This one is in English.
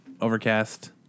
Overcast